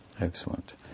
Excellent